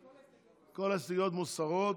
כל ההסתייגויות מוסרות,